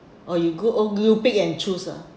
oh you go oh girl you pick and choose ah